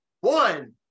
one